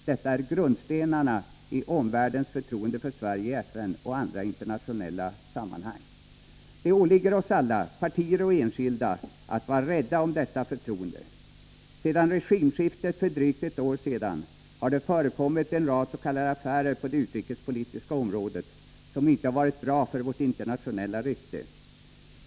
Detta är grundstenarna i omvärldens förtroende för Sverige i FN och andra internationella sammanhang. Det åligger oss alla, partier och enskilda, att vara rädda om detta förtroende. Sedan regimskiftet för drygt ett år sedan har det förekommit en rad s.k. affärer på det utrikespolitiska området som inte varit bra för vårt internationella rykte.